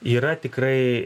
yra tikrai